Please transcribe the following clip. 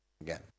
again